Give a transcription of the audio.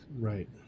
Right